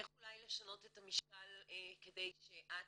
איך אולי לשנות את המשקל כדי שאת,